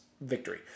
victory